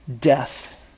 Death